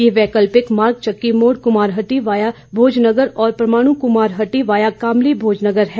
ये वैकल्पिक मार्ग चक्की मोड़ कुमारहट्टी वाया भोजनगर और परवाणु कुमारहट्टी वाया कामली भोजनगर है